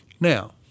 Now